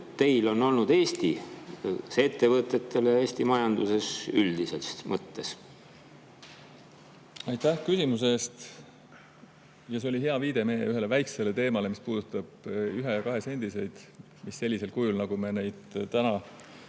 teil on olnud Eesti ettevõtetele ja Eesti majanduses üldises mõttes? Aitäh küsimuse eest! See oli hea viide meie ühele väiksele teemale, mis puudutab 1‑ ja 2‑sendiseid. Sellisel kujul, nagu me neid täna